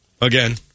Again